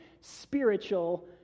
spiritual